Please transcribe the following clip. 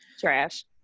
trash